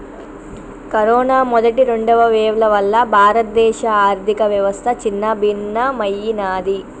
corona మొదటి, రెండవ వేవ్ల వల్ల భారతదేశ ఆర్ధికవ్యవస్థ చిన్నాభిన్నమయ్యినాది